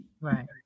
right